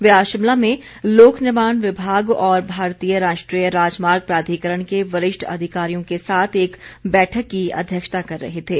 वे आज शिमला में लोक निर्माण विभाग और भारतीय राष्ट्रीय राजमार्ग प्राधिकरण के वरिष्ठ अधिकारियों के साथ एक बैठक की अध्यक्षता कर रहे थे